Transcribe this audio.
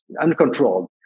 uncontrolled